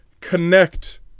connect